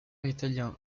italien